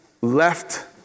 left